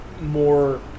more